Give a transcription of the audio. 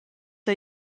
hai